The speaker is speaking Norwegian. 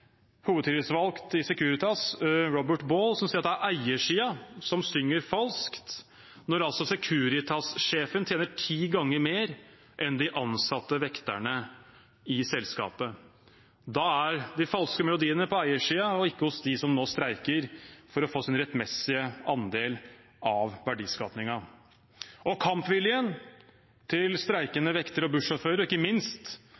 hovedtillitsvalgt i Securitas, Robert Ball, som sier at det er eiersiden som synger falskt når Securitas-sjefen tjener ti ganger mer enn de ansatte vekterne i selskapet. Da er de falske melodiene på eiersiden, og ikke hos dem som nå streiker for å få sin rettmessige andel av verdiskapingen. Kampviljen til streikende vektere og bussjåfører og ikke minst